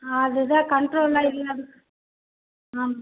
அது தான் கண்ட்ரோல்லாக இல்லை ஆமாம்